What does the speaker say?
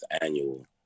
annual